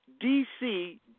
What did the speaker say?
DC